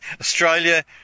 Australia